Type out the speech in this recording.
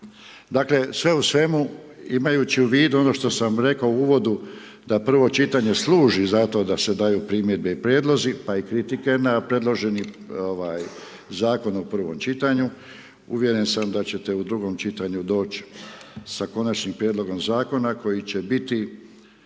Dakle, sve u svemu imajući u vidu ono što sam rekao u uvodu, da prvo čitanje služi za to da se daju primjedbe, prijedlozi i kritike na predloženi Zakon u prvom čitanju, uvjeren sam da ćete u drugom čitanju doći sa Konačnim prijedlogom Zakona koji će biti